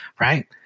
right